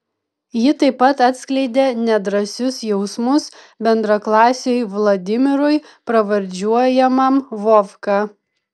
ji taip pat atskleidė nedrąsius jausmus bendraklasiui vladimirui pravardžiuojamam vovka